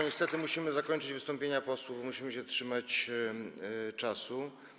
Niestety musimy zakończyć wystąpienia posłów, bo musimy się trzymać czasu.